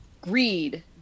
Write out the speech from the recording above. greed